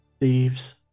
thieves